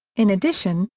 in addition,